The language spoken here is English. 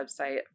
website